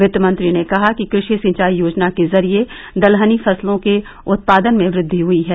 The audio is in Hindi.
वित्त मंत्री ने कहा कि कृषि सिंचाई योजना के जरिए दलहनी फसलों के उत्पादन में वृद्धि हुई है